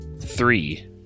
three